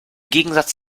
gegensatz